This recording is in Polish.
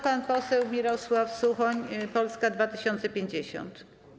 Pan poseł Mirosław Suchoń, Polska 2050.